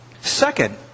Second